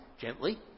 gently